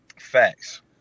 Facts